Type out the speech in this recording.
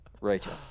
Rachel